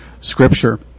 scripture